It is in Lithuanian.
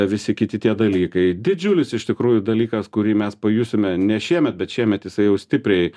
visi kiti tie dalykai didžiulis iš tikrųjų dalykas kurį mes pajusime ne šiemet bet šiemet jisai jau stipriai